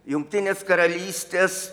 jungtinės karalystės